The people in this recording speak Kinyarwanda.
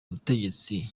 butegetsi